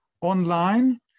online